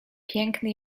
piękny